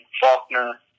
Faulkner